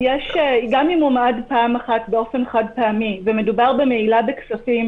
גם אם הוא מעד פעם אחת באופן חד-פעמי ומדובר במעילה בכספים